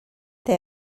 they